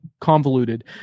convoluted